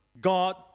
God